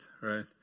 right